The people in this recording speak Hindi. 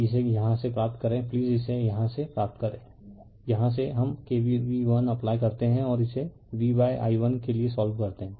कि इसे यहाँ से प्राप्त करें प्लीज इसे यहाँ से प्राप्त करें यहाँ से हम k v l अप्लाई करते हैं और इसे v बाय i1के लिए सोल्व करते हैं